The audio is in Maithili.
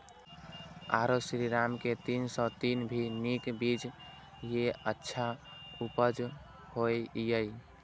आरो श्रीराम के तीन सौ तीन भी नीक बीज ये अच्छा उपज होय इय?